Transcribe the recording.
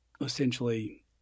essentially